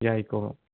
ꯌꯥꯏꯀꯣ